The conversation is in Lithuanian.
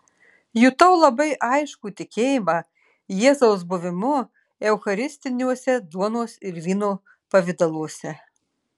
jutau labai aiškų tikėjimą jėzaus buvimu eucharistiniuose duonos ir vyno pavidaluose